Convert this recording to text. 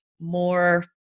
more